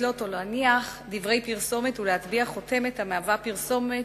לתלות או להניח דברי פרסומת ולהטביע חותמת המהווה פרסומת